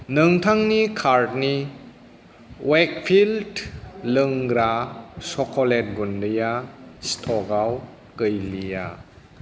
नोंथांनि कार्टनि वेकफिल्ड लोंग्रा चक'लेट गुन्दैया स्टकआव गैलिया